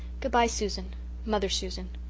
good-bye, susan mother susan.